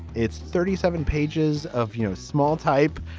it's thirty seven pages of you know small type.